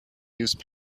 use